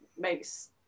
makes